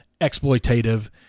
exploitative